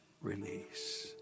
release